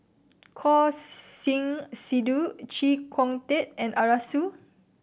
Choor Singh Sidhu Chee Kong Tet and Arasu